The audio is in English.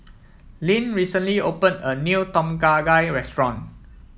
Lynn recently opened a new Tom Kha Gai restaurant